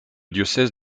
diocèse